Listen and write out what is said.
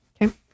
Okay